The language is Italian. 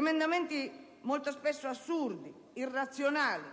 modificati, molto spesso assurdi, irrazionali,